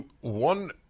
one